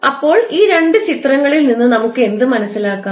അപ്പോൾ ഈ രണ്ട് ചിത്രങ്ങളിൽ നിന്ന് നമുക്ക് എന്തു മനസ്സിലാക്കാം